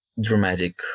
dramatic